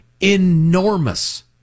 enormous